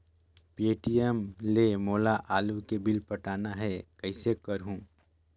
Paytm ले मोला आलू के बिल पटाना हे, कइसे करहुँ?